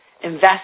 Invest